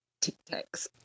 tic-tacs